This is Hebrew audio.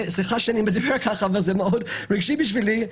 סליחה שאני מדבר ככה, אבל זה מאוד רגשי בשבילי.